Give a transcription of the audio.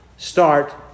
Start